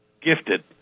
Gifted